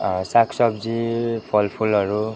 सागसब्जी फलफुलहरू